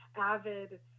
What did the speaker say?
avid